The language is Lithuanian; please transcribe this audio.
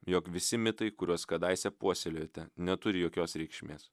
jog visi mitai kuriuos kadaise puoselėjote neturi jokios reikšmės